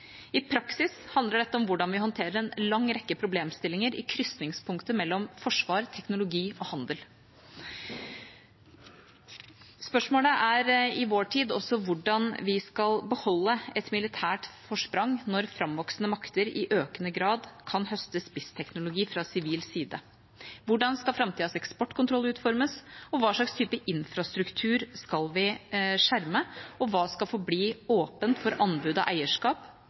I praksis handler dette om hvordan vi håndterer en lang rekke problemstillinger i krysningspunktet mellom forsvar, teknologi og handel. Spørsmålet er i vår tid også hvordan vi skal beholde et militært forsprang når framvoksende makter i økende grad kan høste spissteknologi fra sivil side. Hvordan skal framtidas eksportkontroll utformes, hva slags type infrastruktur skal vi skjerme, og hva skal forbli åpent for anbud og eierskap